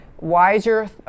wiser